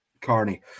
Carney